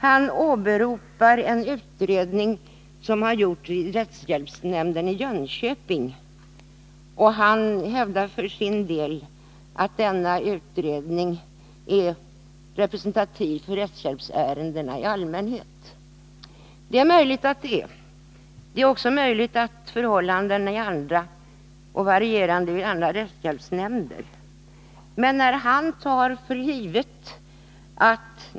Han åberopar en utredning som har gjorts vid rättshjälpsnämnden i Jönköping, och han hävdar att denna utredning är representativ för rättshjälpsärendena i allmänhet. Det är möjligt att den är det. Men det är också möjligt att förhållandena är andra och varierande vid olika rättshjälpsnämnder.